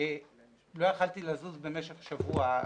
לא יכולתי לזוז במשך שבוע.